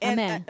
Amen